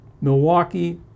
Milwaukee